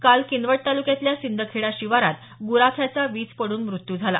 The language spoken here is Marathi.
काल किनवट तालूक्यातील सिंदखेडा शिवारात गुराख्याचा वीज पडून मृत्यू झाला